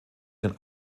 den